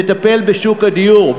נטפל בשוק הדיור,